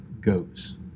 Goes